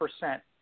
percent